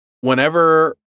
Whenever